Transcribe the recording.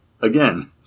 Again